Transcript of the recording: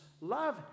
love